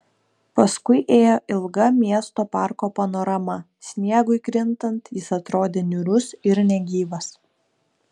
paskui ėjo ilga miesto parko panorama sniegui krintant jis atrodė niūrus ir negyvas